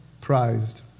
prized